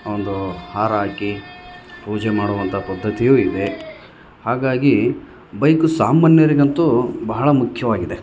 ಒಂದು ಹಾರ ಹಾಕಿ ಪೂಜೆ ಮಾಡುವಂತ ಪದ್ಧತಿಯೂ ಇದೆ ಹಾಗಾಗಿ ಬೈಕು ಸಾಮಾನ್ಯರಿಗಂತೂ ಬಹಳ ಮುಖ್ಯವಾಗಿದೆ